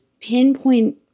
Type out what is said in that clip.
pinpoint